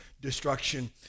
destruction